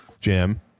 Jim